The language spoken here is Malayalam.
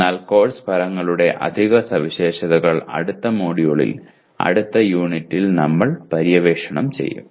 എന്നാൽ കോഴ്സ് ഫലങ്ങളുടെ അധിക സവിശേഷതകൾ അടുത്ത മൊഡ്യൂളിൽ അടുത്ത യൂണിറ്റിൽ നമ്മൾ പര്യവേക്ഷണം ചെയ്യും